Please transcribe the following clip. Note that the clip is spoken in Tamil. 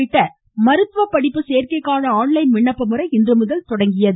உள்ளிட்ட மருத்துவ படிப்பு சேர்க்கைக்கான விண்ணப்பமுறை இன்றுமுதல் தொடங்குகிறது